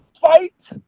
Fight